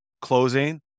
closing